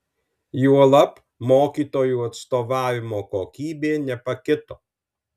juolab mokytojų atstovavimo kokybė nepakito